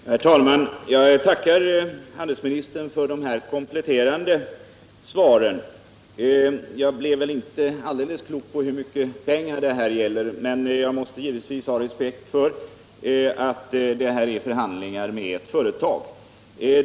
Herr talman! Jag tackar handelsministern för de här kompletterande beskeden. Jag blev väl inte helt klok på hur mycket pengar det gäller, men jag måste givetvis ha respekt för att det rör sig om förhandlingar med ett företag.